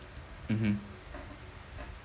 mmhmm